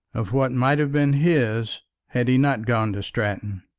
of what might have been his had he not gone to stratton.